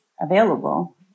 available